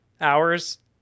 hours